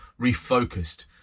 refocused